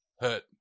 hurt